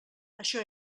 això